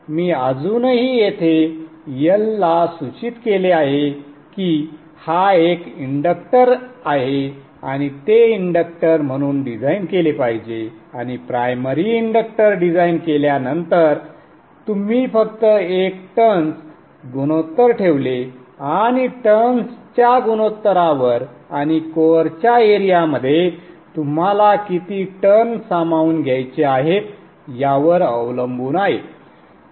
मी अजूनही येथे L ला सूचित केले आहे की हा एक इंडक्टर आहे आणि ते इंडक्टर म्हणून डिझाइन केले पाहिजे आणि प्रायमरी इंडक्टर डिझाइन केल्यानंतर तुम्ही फक्त एक टर्न्स गुणोत्तर ठेवले आणि टर्न्सच्या गुणोत्तरावर आणि कोअरच्या एरिया मध्ये तुम्हाला किती टर्न सामावून घ्यायचे आहेत यावर अवलंबून आहे